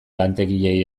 lantegiei